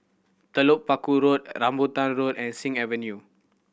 Telok Paku Road Rambutan Road and Sing Avenue